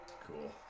Cool